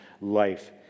life